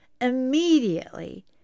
Immediately